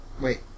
Wait